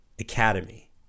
academy